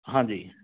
ਹਾਂਜੀ